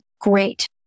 great